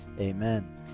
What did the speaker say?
Amen